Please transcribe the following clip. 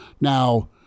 Now